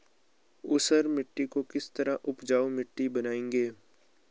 ऊसर मिट्टी को किस तरह उपजाऊ मिट्टी बनाएंगे?